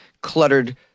cluttered